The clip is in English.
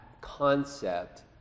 concept